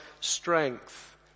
strength